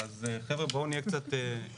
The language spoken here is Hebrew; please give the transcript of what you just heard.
חברים, בואו נהיה קצת קשורים